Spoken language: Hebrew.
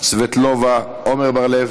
סבטלובה, עמר בר-לב,